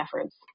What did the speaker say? efforts